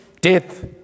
Death